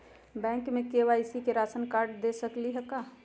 Bank में KYC में ration card दे सकली हई का?